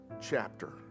chapter